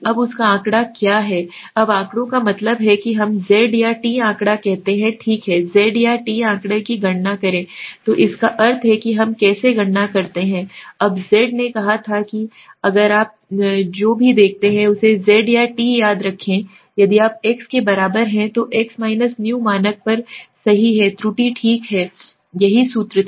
अब उसका आँकड़ा क्या है अब आँकड़ों का मतलब है कि हम z या t आँकड़ा कहते हैं ठीक है z या t आँकड़ा की गणना करें तो इसका अर्थ है कि हम कैसे गणना करते हैं अब z ने कहा था कि अगर आप जो भी देखते हैं उसे z या t याद रखें यदि आप x के बराबर हैं जो x μ मानक पर सही है त्रुटि ठीक यही सूत्र था